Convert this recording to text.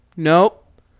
nope